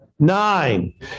Nine